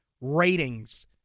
ratings